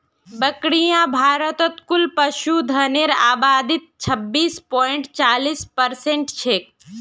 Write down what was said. बकरियां भारतत कुल पशुधनेर आबादीत छब्बीस पॉइंट चालीस परसेंट छेक